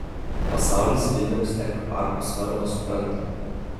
pasaulis vilniaus tech parko svarbą supranta